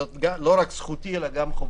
זו לא רק זכותי אלא גם חובתי.